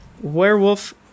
werewolf